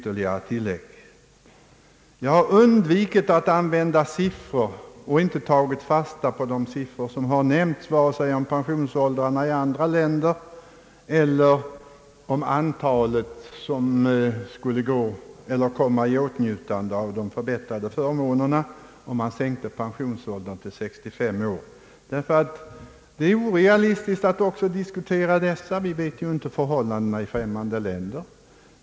Jag har undvikit att använda siffror, och jag har inte heller tagit fasta på de siffror som har nämnts vare sig om pensionsåldrar i andra länder eller om det antal människor som skulle komma i åtnjutande av förbättrade förmåner därest pensionsåldern skulle sänkas till 65 år. Det är orealistiskt att diskutera härom. Vi känner inte till förhållandena i andra länder.